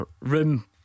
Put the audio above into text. Room